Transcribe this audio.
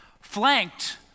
Flanked